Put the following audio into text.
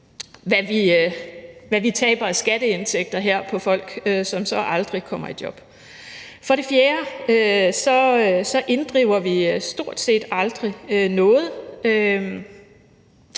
hvad vi her taber af skatteindtægter på folk, som så aldrig kommer i job. For det fjerde inddriver vi stort set aldrig noget.